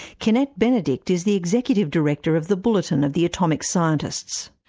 kennette benedict is the executive director of the bulletin of the atomic scientists.